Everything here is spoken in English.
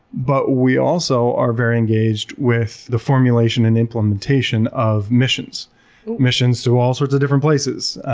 but we also are very engaged with the formulation and implementation of missions missions to all sorts of different places.